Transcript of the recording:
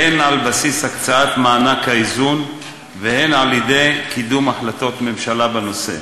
הן על בסיס הקצאת מענק האיזון והן על-ידי קידום החלטות ממשלה בנושא.